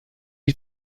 die